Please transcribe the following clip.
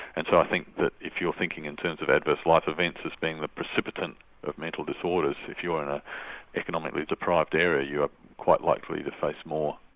and so i think that if you're thinking in terms of adverse life events as being the precipitant of mental disorders, if you're in an ah economically deprived area you are quite likely to face more.